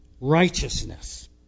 righteousness